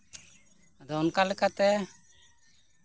ᱟᱫᱚ ᱚᱱᱠᱟᱞᱮᱠᱟᱛᱮ